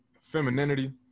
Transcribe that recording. femininity